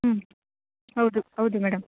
ಹ್ಞೂ ಹೌದು ಹೌದು ಮೇಡಮ್